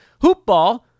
Hoopball